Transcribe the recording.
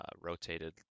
rotated